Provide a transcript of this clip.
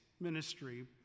ministry